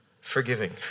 forgiving